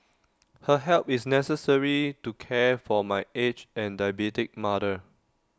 her help is necessary to care for my aged and diabetic mother